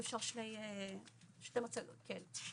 שני שקפים קדימה נראה